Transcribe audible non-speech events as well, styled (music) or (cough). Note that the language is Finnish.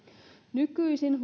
nykyisin (unintelligible)